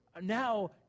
now